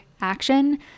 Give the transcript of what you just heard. Action